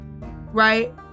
right